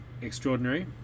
extraordinary